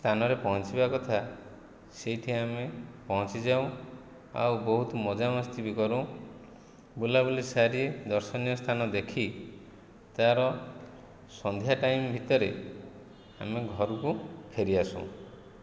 ସ୍ଥାନରେ ପହଞ୍ଚିବା କଥା ସେଇଠି ଆମେ ପହଞ୍ଚି ଯାଉ ଆଉ ବହୁତ ମଜାମସ୍ତି ବି କରୁ ବୁଲାବୁଲି ସାରି ଦର୍ଶନୀୟ ସ୍ଥାନ ଦେଖି ତା'ର ସନ୍ଧ୍ୟା ଟାଇମ୍ ଭିତରେ ଆମେ ଘରକୁ ଫେରିଆସୁ